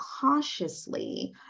cautiously